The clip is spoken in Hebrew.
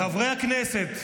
חברי הכנסת,